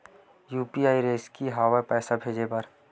UPI का रिसकी हंव ए पईसा भेजे बर?